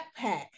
backpack